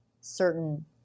certain